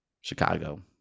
Chicago